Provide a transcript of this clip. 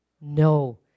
No